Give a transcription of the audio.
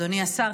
אדוני השר,